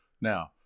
Now